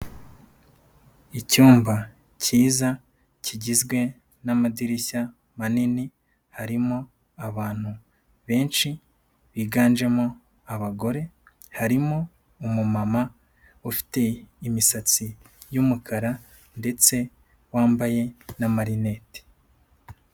Icyumba kiza kigizwe n'amadirishya manini harimo abantu benshi, biganjemo abagore harimo umumama ufite imisatsi y'umukara ndetse wambaye n'amarinete.